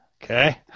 Okay